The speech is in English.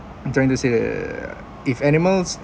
trying to say that uh if animals